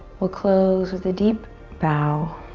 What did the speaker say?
we'll close with a deep bow